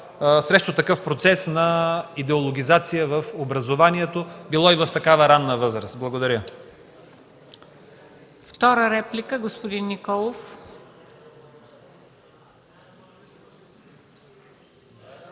срещу такъв процес на идеологизация в образованието, било и в такава ранна възраст. Благодаря.